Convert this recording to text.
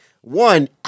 One